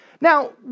Now